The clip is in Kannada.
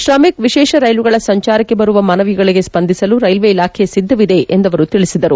ಕ್ರಮಿಕ್ ವಿಶೇಷ ರೈಲುಗಳ ಸಂಚಾರಕ್ಕೆ ಬರುವ ಮನವಿಗಳಗೆ ಸ್ವಂದಿಸಲು ರೈಲ್ವೆ ಇಲಾಖೆ ಸಿದ್ದವಿದೆ ಎಂದು ಅವರು ತಿಳಿಸಿದರು